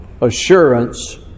assurance